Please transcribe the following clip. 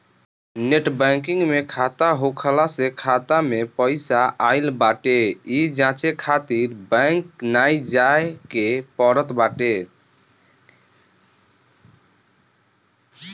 net banking में खाता होखला से खाता में पईसा आई बाटे इ जांचे खातिर बैंक नाइ जाए के पड़त बाटे